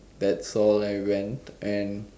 that's all I went and